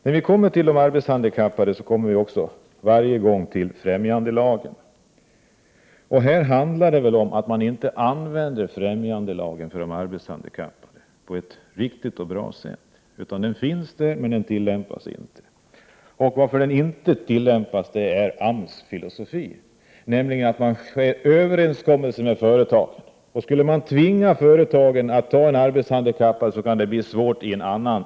När vi behandlar frågan om arbetshandikappade kommer vi varje gång till främjandelagen. Här handlar det väl om att man för de handikappade inte använder främjandelagen på ett riktigt och bra sätt. Lagen finns, men den tillämpas inte. Att den inte tillämpas beror på AMS filosofi: att träffa överenskommelser med företagen. Skulle man tvinga företagen att anställa en arbetshandikappad, så kan det uppstå svårigheter i en annan ände.